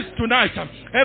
tonight